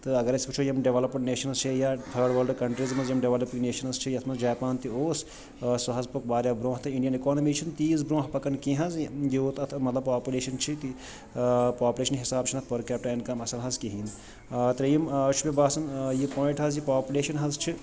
تہٕ اگر أسۍ وُچھو یِم ڈیٚولَپٕڈ نیشَنٕز چھِ یا تھٲرڈ ؤرلڈٕ کَنٹرٛیٖز یِم ڈیٚولَپِنٛگ نیشَنٕز چھِ یَتھ منٛز جاپان تہِ اوس سُہ حظ پوٚک واریاہ برٛونٛہہ تہٕ اِنڈیَن اِکانمی چھِنہٕ تیٖژ برٛونٛہہ پَکَن کیٚنٛہہ حظ یوٗت اَتھ مطلب پاپلیشَن چھِ تہٕ پاپُلیشَن حِساب چھُنہٕ اَتھ پٔر کیپٹہٕ اِنکَم اَصٕل حظ کِہیٖنٛۍ آ ترٛیٚیِم چھُ مےٚ باسان یہِ پوایِنٛٹ حظ یہِ پاپُلیشَن حظ چھِ